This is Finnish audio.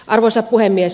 arvoisa puhemies